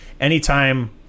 anytime